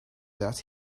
that